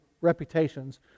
reputations